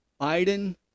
Biden